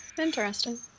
Interesting